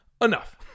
Enough